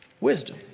Wisdom